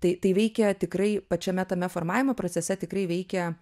tai tai veikia tikrai pačiame tame formavimo procese tikrai veikia